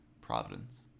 Providence